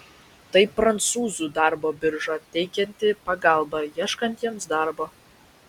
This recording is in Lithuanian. tai prancūzų darbo birža teikianti pagalbą ieškantiems darbo